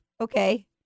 Okay